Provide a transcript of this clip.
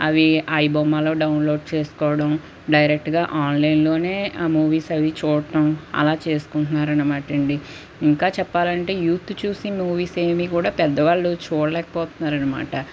అవి ఐబొమ్మలో డౌన్లోడ్ చేసుకోవడం డైరెక్టుగా ఆన్లైనలోనే ఆ మూవీస్ అవి చూడటం అలా చేసుకుంటున్నారనమాటండి ఇంకా చెప్పాలంటే యూత్ చూసే మూవీస్ ఏమి కూడా పెద్దవాళ్ళు చూడలేకపోతున్నారనమాట